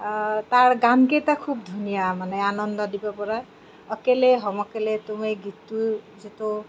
তাৰ গানকেইটা খুব ধুনীয়া মানে আনন্দ দিব পৰা অকেলে হম অকেলে তুম এই গীতটো যিটো